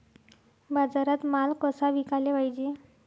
बाजारात माल कसा विकाले पायजे?